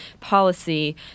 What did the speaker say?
policy